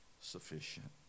sufficient